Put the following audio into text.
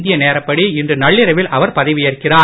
இந்திய நேரப்படி இன்று இரவு நள்ளிரவில் அவர் பதவியேற்கிறார்